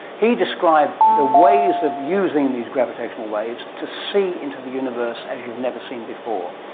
he described the ways of using and these gravitational waves to see into the universe as you've never seen before.